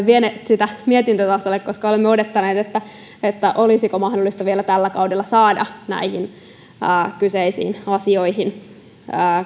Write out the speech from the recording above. vieneet mietintötasolle koska olemme odottaneet olisiko mahdollista vielä tällä kaudella saada näihin kyseisiin asioihin